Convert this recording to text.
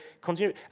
continue